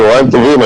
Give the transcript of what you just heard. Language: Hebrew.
צוהריים טובים.